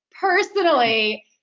personally